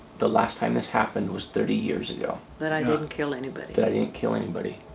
the last time this happened was thirty years ago. but i didn't kill anybody. but i didn't kill anybody.